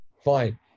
Fine